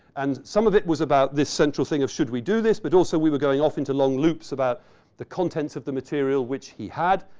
and some of it was about this central thing of should we do this, but also we were going off into long loops about the contents of the material, which he had,